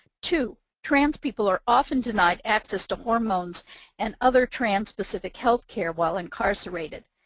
two, trans people are often denied access to hormones and other trans-specific health care while incarcerated,